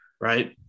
right